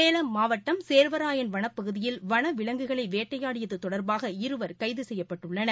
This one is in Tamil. சேலம் மாவட்டம் சேர்வராயன் வனப் பகுதியில் வனவிலங்குகளை வேட்டையாடியது தொடர்பாக இருவர் கைது செய்யப்பட்டுள்ளனர்